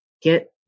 Get